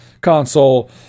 console